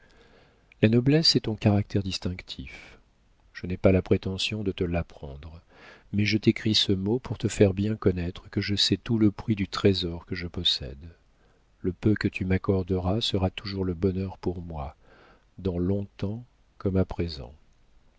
la noblesse est ton caractère distinctif je n'ai pas la prétention de te l'apprendre mais je t'écris ce mot pour te faire bien connaître que je sais tout le prix du trésor que je possède le peu que tu m'accorderas sera toujours le bonheur pour moi dans longtemps comme à présent